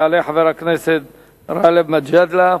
יעלה חבר הכנסת גאלב מג'אדלה,